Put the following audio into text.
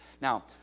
Now